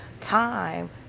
time